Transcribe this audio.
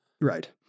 Right